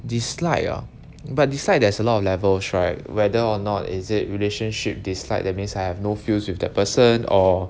dislike ah but dislike there's a lot of levels right whether or not is it relationship dislike that means I have no feels with that person or